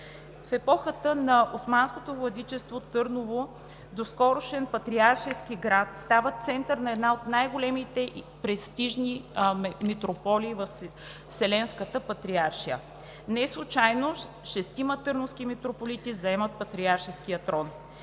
В епохата на османското владичество Търново, доскорошен патриаршески град, става център на една от най-големите престижни митрополии на Вселенската патриаршия и неслучайно шестима търновски митрополити заемат патриаршеския трон.